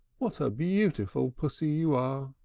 what a beautiful pussy you are!